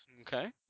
Okay